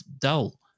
dull